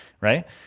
right